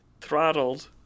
Throttled